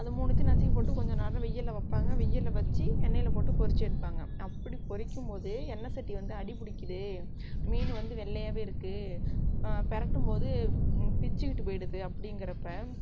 அந்த மூணுத்தையும் நசுக்கி போட்டு கொஞ்ச நேரம் வெயில்ல வைப்பாங்க வெயில்ல வச்சு எண்ணெயில் போட்டு பொரித்து எடுப்பாங்க அப்படி பொரிக்கும்போது எண்ணெய் சட்டி வந்து அடிப்பிடிக்குது மீன் வந்து வெள்ளையாகவே இருக்குது பிரட்டும்போது பிச்சுக்கிட்டு போய்டுது அப்படிங்கறப்ப